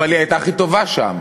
אבל היא הייתה הכי טובה שם.